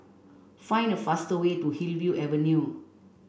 find the fastest way to Hillview Avenue